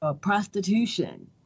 prostitution